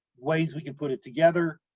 ways we could put it together,